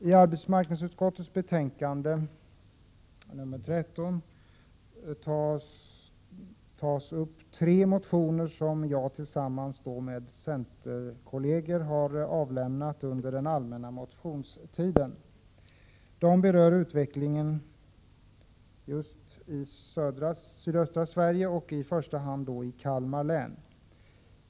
I arbetsmarknadsutskottets betänkande nr 13 tas tre motioner upp, som jag och några andra centerpartister har väckt under den allmänna motionstiden. I motionerna berör vi utvecklingen i just sydöstra Sverige, i första hand i Kalmar län.